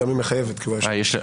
שהיא גם מחייבת כי הוא היושב ראש,